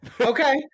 Okay